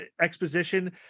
exposition